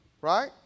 Right